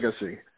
legacy